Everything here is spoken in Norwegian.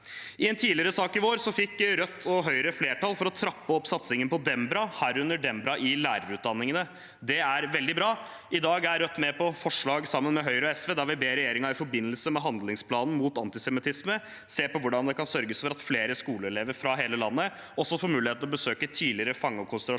I en tidligere sak i vår fikk Rødt og Høyre flertall for å trappe opp satsingen på Dembra, herunder Dembra i lærerutdanningene. Det er veldig bra. I dag er Rødt med på et forslag sammen med Høyre og SV der vi ber regjeringen i forbindelse med handlingsplanen mot antisemittisme se på hvordan det kan sørges for at flere skoleelever fra hele landet får mulighet til å besøke tidligere fange- og konsentrasjonsleirer,